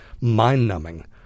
mind-numbing